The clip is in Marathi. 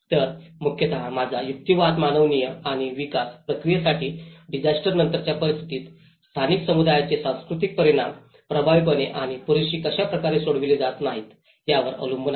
तर मुख्यत माझा युक्तिवाद मानवीय आणि विकास प्रक्रियेसाठी डिसास्टर नंतरच्या परिस्थितीत स्थानिक समुदायांचे सांस्कृतिक परिमाण प्रभावीपणे आणि पुरेशी कशा प्रकारे सोडवले जात नाहीत यावर अवलंबून आहे